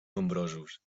nombrosos